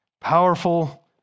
powerful